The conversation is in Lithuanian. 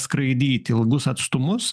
skraidyti ilgus atstumus